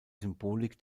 symbolik